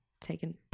taken